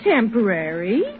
temporary